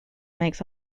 makes